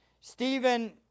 Stephen